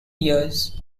years